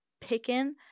picking